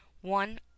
one